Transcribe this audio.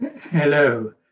Hello